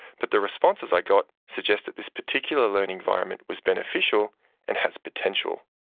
but the responses i got suggest that this particular learning environment was beneficial and has potential.